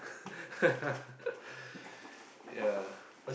yeah